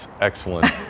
Excellent